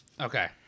Okay